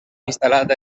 instal·lat